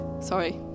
Sorry